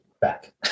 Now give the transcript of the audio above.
back